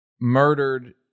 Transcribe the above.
murdered